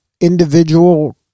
individual